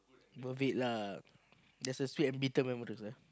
worth it lah there's a sweet and bitter memories ah